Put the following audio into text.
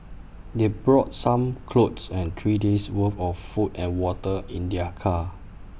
they brought some clothes and three days' worth of food and water in their car